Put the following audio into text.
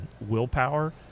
Willpower